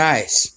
Nice